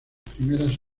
primeras